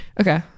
okay